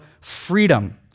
freedom